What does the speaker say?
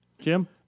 Jim